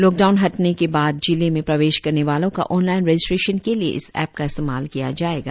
lockdown हटाने के बाद जिले में प्रवेश करने वालों का ऑन लाईन रेजिस्ट्रेशन के लिए इस एप्प का इस्तेमाल किया जाएगा